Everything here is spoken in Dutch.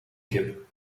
kip